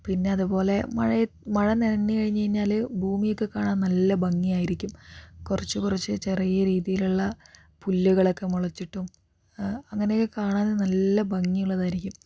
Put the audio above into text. പിന്നതുപോലെ മഴയ മഴ നനഞ്ഞ് കഴിഞ്ഞു കഴിഞ്ഞാല് ഭൂമിയൊക്കെ കാണാൻ നല്ല ഭംഗിയായിരിക്കും കുറച്ച് കൊറച്ച് ചെറിയ രീതിലുള്ള പുല്ലുകളൊക്കെ മുളച്ചിട്ടും അങ്ങനെയൊക്കെ കാണാനും നല്ല ഭംഗിയുള്ളതായിരിക്കും